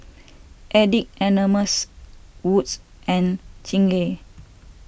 Addicts Anonymous Wood's and Chingay